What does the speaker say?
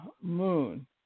Moon